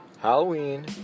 Halloween